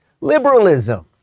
liberalism